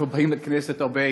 אנחנו באים לכנסת הרבה,